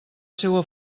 seua